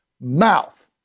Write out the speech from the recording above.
mouth